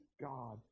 God